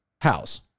house